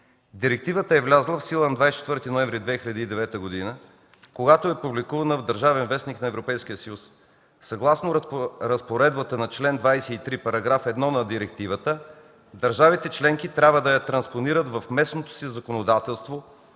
Директивата е влязла в сила на 24 ноември 2009 г., когато е публикувана в „Държавен вестник” на Европейския съюз. Съгласно разпоредбата на чл. 23, § 1 на директивата държавите членки трябва да я транспонират в местното си законодателство